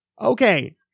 Okay